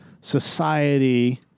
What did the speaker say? society